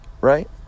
right